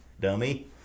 dummy